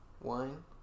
wine